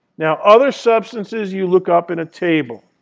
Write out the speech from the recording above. now, other substances you look up in a table.